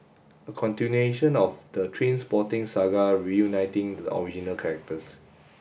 a continuation of the Trainspotting saga reuniting the original characters